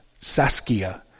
Saskia